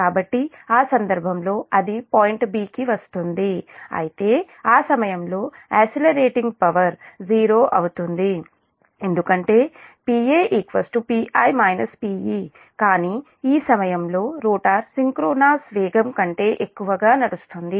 కాబట్టి ఆ సందర్భంలో అది పాయింట్ 'b' కి వస్తుంది అయితే ఈ సమయంలో ఎసిలరేటింగ్ పవర్ '0' అవుతుంది ఎందుకంటే Pa Pi - Pe కానీ ఈ సమయంలో రోటర్ సింక్రోనస్ వేగం కంటే ఎక్కువగా నడుస్తుంది